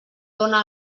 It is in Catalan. dóna